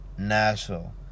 Nashville